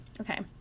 Okay